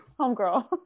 homegirl